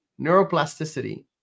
Neuroplasticity